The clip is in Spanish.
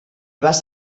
vas